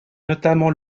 notamment